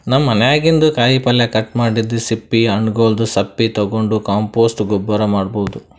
ನಮ್ ಮನ್ಯಾಗಿನ್ದ್ ಕಾಯಿಪಲ್ಯ ಕಟ್ ಮಾಡಿದ್ದ್ ಸಿಪ್ಪಿ ಹಣ್ಣ್ಗೊಲ್ದ್ ಸಪ್ಪಿ ತಗೊಂಡ್ ಕಾಂಪೋಸ್ಟ್ ಗೊಬ್ಬರ್ ಮಾಡ್ಭೌದು